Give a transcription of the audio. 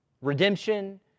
Redemption